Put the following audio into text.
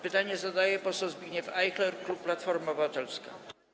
Pytanie zadaje poseł Zbigniew Ajchler, klub Platforma Obywatelska.